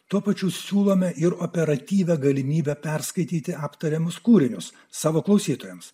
tuo pačiu siūlome ir operatyvią galimybę perskaityti aptariamus kūrinius savo klausytojams